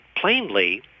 plainly